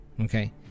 okay